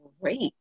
great